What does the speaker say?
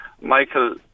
Michael